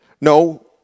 No